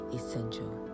essential